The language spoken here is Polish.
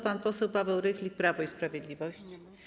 Pan poseł Paweł Rychlik, Prawo i Sprawiedliwość.